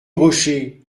rocher